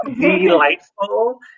delightful